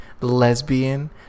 lesbian